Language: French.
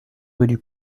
rue